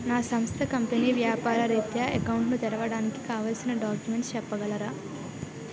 నా సంస్థ కంపెనీ వ్యాపార రిత్య అకౌంట్ ను తెరవడానికి కావాల్సిన డాక్యుమెంట్స్ చెప్పగలరా?